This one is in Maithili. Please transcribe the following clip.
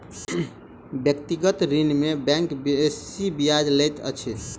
व्यक्तिगत ऋण में बैंक बेसी ब्याज लैत अछि